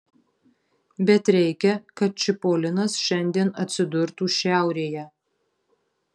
bet reikia kad čipolinas šiandien atsidurtų šiaurėje